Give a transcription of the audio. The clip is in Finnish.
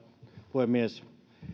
puhemies